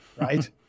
right